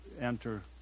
enter